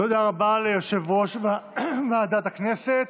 תודה רבה ליושב-ראש ועדת הכנסת.